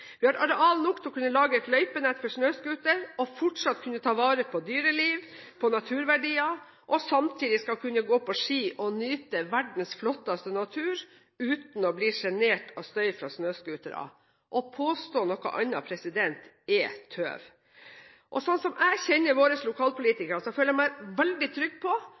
Vi har areal nok til å kunne lage et løypenett for snøscootere og fortsatt kunne ta vare på dyreliv, naturverdier og samtidig kunne gå på ski og nyte verdens flotteste natur uten å bli sjenert av støy fra snøscootere. Å påstå noe annet er tøv. Som jeg kjenner våre lokalpolitikere, føler jeg meg veldig trygg på